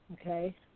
okay